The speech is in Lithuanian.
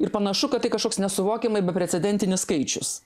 ir panašu kad tai kažkoks nesuvokiamai beprecedentis skaičius